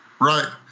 Right